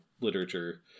literature